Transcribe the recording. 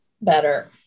better